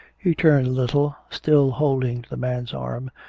he turned a little, still holding to the man's arm,